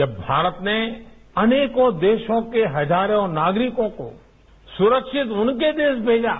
जब भारत ने अनेकों देशों के हजारों नागरिकों को सुरक्षित उनके देश भेजा